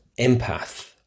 empath